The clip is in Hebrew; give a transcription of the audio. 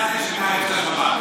אתה זה שמערב את השב"כ.